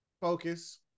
Focus